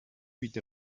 bitte